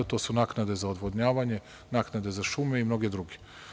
To su naknade za odvodnjavanje, naknade za šume i mnoge druge.